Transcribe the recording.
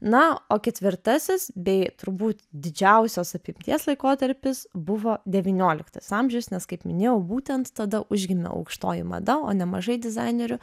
na o ketvirtasis bei turbūt didžiausios apimties laikotarpis buvo devynioliktas amžius nes kaip minėjau būtent tada užgimė aukštoji mada o nemažai dizainerių